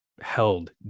held